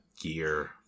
gear